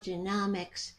genomics